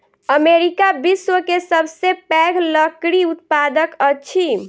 America विश्व के सबसे पैघ लकड़ी उत्पादक अछि